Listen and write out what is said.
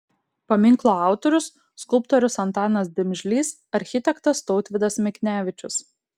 paminklo autorius skulptorius antanas dimžlys architektas tautvydas miknevičius